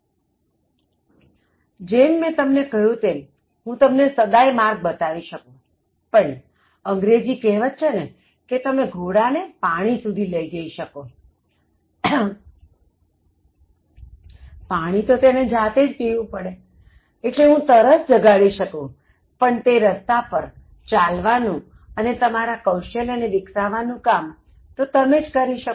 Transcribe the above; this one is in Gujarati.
તોજેમ મેં તમને કહ્યું તેમ હું તમને સદાય માર્ગ બતાવી શકુંપણ અંગ્રેજી કહેવત છે ને કે તમે ઘોડા ને પાણી સુધી લઇ જઇ શકો પાણી તો તેણે જાતે જ પીવું પડે એટલે હું તરસ જગાડી શકુંપણ તે રસ્તા પર ચાલવાનું અને તમારા કૌશલ્ય ને વિકસાવવાનું કામ તો તમે જ કરી શકો